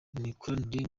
mikoranire